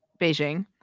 beijing